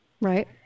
right